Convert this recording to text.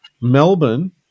Melbourne